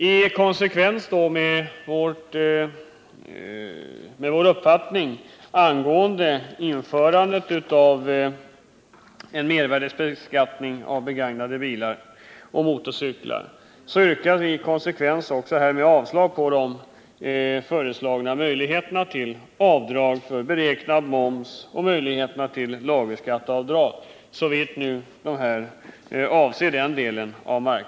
I konsekvens med vår uppfattning när det gällde införandet av en mervärdebeskattning av begagnade bilar och motorcyklar yrkar vi också avslag på de föreslagna möjligheterna till avdrag för beräknad moms och till lagerskatteavdrag såvitt de nu avser begagnade bilar.